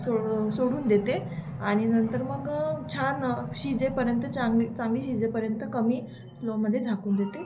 सोड सोडून देते आणि नंतर मग छान शिजेपर्यंत चांगली चांगली शिजेपर्यंत कमी स्लोमध्ये झाकून देते